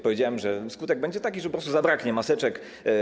Powiedziałem, że skutek będzie taki, że po prostu zabraknie maseczek.